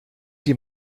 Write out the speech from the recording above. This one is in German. die